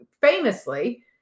famously